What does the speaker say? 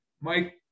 Mike